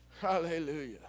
Hallelujah